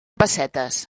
pessetes